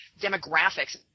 demographics